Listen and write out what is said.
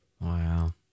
Wow